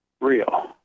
real